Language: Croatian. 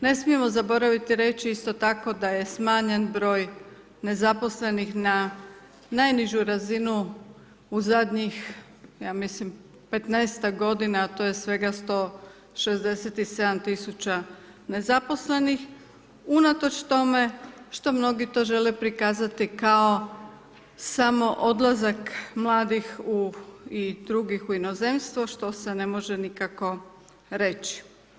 Ne smijemo zaboraviti reći isto tako da je smanjen broj nezaposlenih na najnižu razinu u zadnjih ja mislim, 15-ak godina, a to je svega 167 000 nezaposlenih unatoč tome što mnogi to žele prikazati kao samo odlazaka mladih i drugih u inozemstvo što se ne može nikako reći.